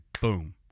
boom